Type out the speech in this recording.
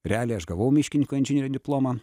realiai aš gavau miškininko inžinierio diplomą